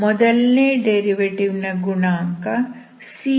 ಮೊದಲನೇ ಡೆರಿವೆಟಿವ್ ನ ಗುಣಾಂಕ cx ರೂಪದಲ್ಲಿ ಇರುತ್ತದೆ